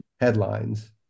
headlines